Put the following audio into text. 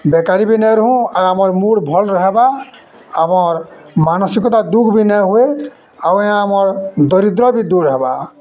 ବେକାରୀ ବି ନାଇଁ ରୁହୁଁ ଆର୍ ଆମର୍ ମୁଡ଼୍ ଭଲ୍ ରହେବା ଆମର୍ ମାନସିକତା ଦୁଃଖ ବି ନାଇଁ ହୁଏ ଆଉ ଆଜ୍ଞା ଆମର୍ ଦରିଦ୍ର ବି ଦୂର୍ ହେବା